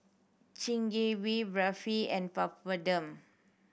Chigenabe Barfi and Papadum